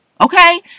Okay